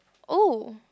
oh